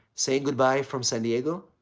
saying goodbye from san diego.